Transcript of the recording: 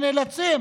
שנאלצים